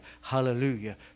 Hallelujah